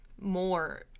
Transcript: more